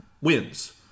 wins